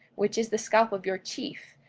which is the scalp of your chief,